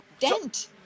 Dent